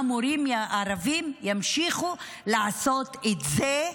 המורים הערבים ימשיכו לעשות את זה,